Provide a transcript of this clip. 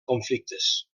conflictes